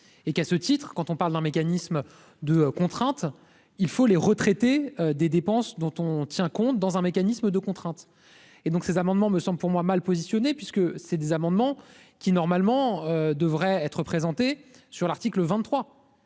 et qu'à ce titre-quand on parle d'un mécanisme de contraintes, il faut les retraités des dépenses dont on tient compte dans un mécanisme de contraintes et donc ces amendements me sens pour moi mal positionné, puisque c'est des amendements qui normalement devrait être présentés sur l'article 23